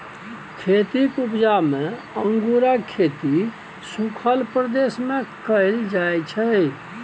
खेतीक उपजा मे अंगुरक खेती सुखल प्रदेश मे कएल जाइ छै